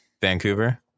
vancouver